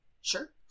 sure